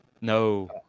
No